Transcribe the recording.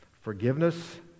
Forgiveness